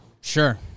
Sure